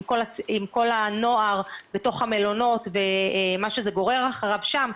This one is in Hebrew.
כל הנוער בתוך המלונות ומה שזה גורר אחריו שם,